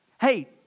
Hey